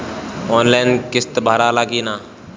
Online किस्त भराला कि ना?